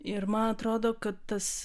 ir man atrodo kad tas